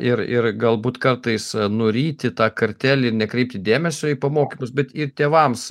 ir ir galbūt kartais nuryti tą kartėlį ir nekreipti dėmesio į pamokymus bet ir tėvams